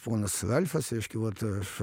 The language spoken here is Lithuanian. ponas ralfas reiškia vat aš